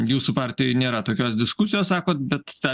jūsų partijoj nėra tokios diskusijos sakot bet tą